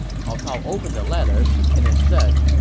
cao cao opened the letter, and it said,